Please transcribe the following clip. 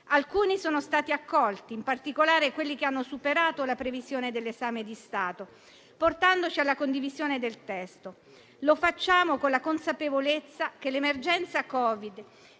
Alcuni sono stati accolti, in particolare quelli che hanno superato la previsione dell'esame di Stato, portandoci alla condivisione del testo. Lo facciamo con la consapevolezza che l'emergenza Covid,